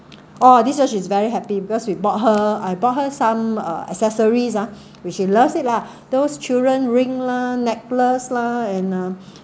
oh this year she's very happy because we bought her I bought her some uh accessories ah which she loves it lah those children ring lah necklace lah and uh